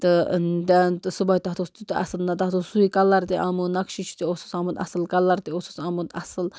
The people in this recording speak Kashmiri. تہٕ صُبح تَتھ اوس تیوٗتاہ اصٕل نہ تَتھ اوس سُے کَلَر تہِ آمُت نقشِش تہِ اوسُس آمُت اصٕل کَلَر تہِ اوسُس آمُت اصٕل